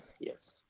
Yes